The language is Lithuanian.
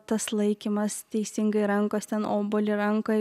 tas laikymas teisingai rankos ten obuolį rankoj